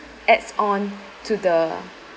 adds on to the